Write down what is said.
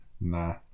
Nah